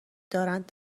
دارند